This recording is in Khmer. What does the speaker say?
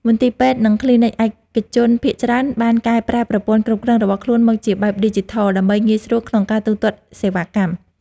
មន្ទីរពេទ្យ និងគ្លីនិកឯកជនភាគច្រើនបានកែប្រែប្រព័ន្ធគ្រប់គ្រងរបស់ខ្លួនមកជាបែបឌីជីថល ដើម្បីងាយស្រួលក្នុងការទូទាត់សេវាកម្ម។